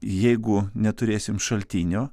jeigu neturėsim šaltinio